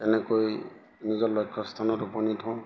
তেনেকৈ নিজৰ লক্ষ্য স্থানত উপনীত হওঁ